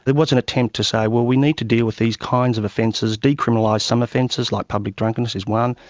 there was an attempt to say, well we need to deal with these kinds of offences, decriminalise some offences like public drunkenness is one,